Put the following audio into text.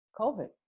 COVID